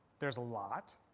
there's a lot.